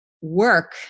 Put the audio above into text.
work